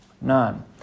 none